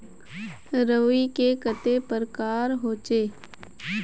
रवि के कते प्रकार होचे?